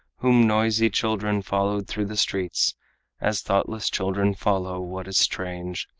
whom noisy children followed through the streets as thoughtless children follow what is strange,